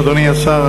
אדוני השר,